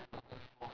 ya